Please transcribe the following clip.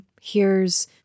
hears